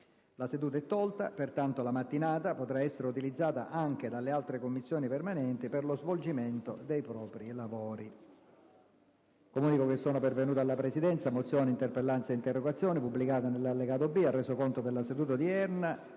internazionali. Pertanto, la mattinata potra` essere utilizzata anche dalle altre Commissioni permanenti per lo svolgimento dei propri lavori.